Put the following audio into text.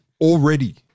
already